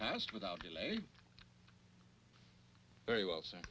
past without delay very well so